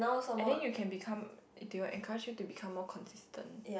and then you can become they will encourage you to become more consistent